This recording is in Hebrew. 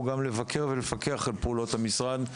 הוא גם לבקר ולפקח על פעולות המשרד,